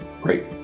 Great